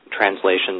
translations